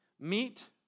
meet